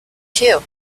too